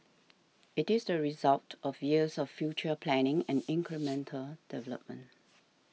it is the result of years of future planning and incremental development